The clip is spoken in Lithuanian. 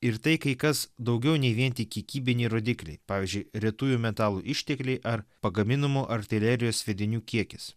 ir tai kai kas daugiau nei vien tik kiekybiniai rodikliai pavyzdžiui retųjų metalų ištekliai ar pagaminamų artilerijos sviedinių kiekis